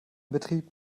betrieb